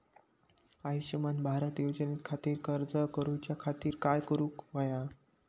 आयुष्यमान भारत योजने खातिर अर्ज करूच्या खातिर काय करुक होया?